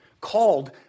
called